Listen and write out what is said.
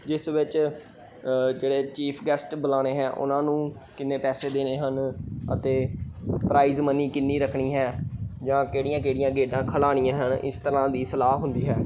ਜਿਸ ਵਿੱਚ ਜਿਹੜੇ ਚੀਫ ਗੈਸਟ ਬੁਲਾਉਣੇ ਹੈ ਉਹਨਾਂ ਨੂੰ ਕਿੰਨੇ ਪੈਸੇ ਦੇਣੇ ਹਨ ਅਤੇ ਪ੍ਰਾਈਜ ਮਨੀ ਕਿੰਨੀ ਰੱਖਣੀ ਹੈ ਜਾਂ ਕਿਹੜੀਆਂ ਕਿਹੜੀਆਂ ਖੇਡਾਂ ਖਿਲਾਉਣੀਆਂ ਹਨ ਇਸ ਤਰ੍ਹਾਂ ਦੀ ਸਲਾਹ ਹੁੰਦੀ ਹੈ